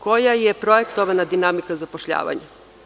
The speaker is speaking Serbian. Koja je projektovana dinamika zapošljavanja?